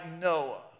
Noah